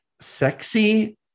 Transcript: Sexy